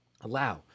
allow